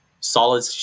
solid